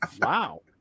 Wow